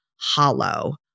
hollow